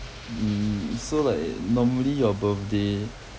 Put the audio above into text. mm so like normally your birthday